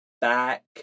back